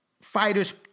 fighters